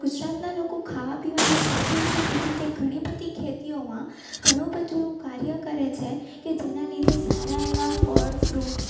ગુજરાતનાં લોકો ખાવા પીવાના શોખીન છે તેથી તે ઘણી બધી ખેતીઓમાં ઘણું બધું એવું કાર્ય કરે છે કે જેનાં લીધે સારા એવાં ફળ ફ્રૂટ